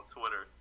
Twitter